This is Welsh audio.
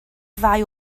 ddau